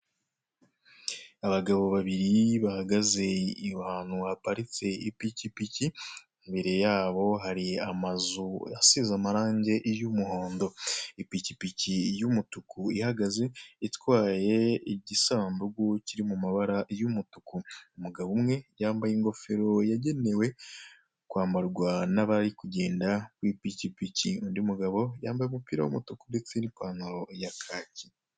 Abagabo babiri bahagaze ahantu haparitse ipikipiki imbere yabo hari amazu asize amarange y'umuhondo, ipikipiki y'umutuku ihagaze itwaye igisandugu kiri mu mabara y'umutuku. Umugabo umwe yambaye ingofero yagenewe kwambarwa n'abari kugenda ku ipikipiki, undi mugabo yambaye umupira w'umutuku ndetse n'ipantalo ya kaki.